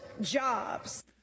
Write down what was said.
jobs